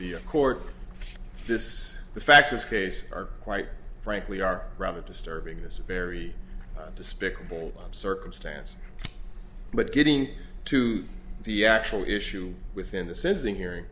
the court this the facts as case are quite frankly are rather disturbing is a very despicable circumstance but getting to the actual issue within the sensing hearing